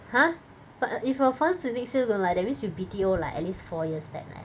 !huh! but if her 房子 next year then 来 that means she B_T_O like at least four years back leh